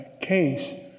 case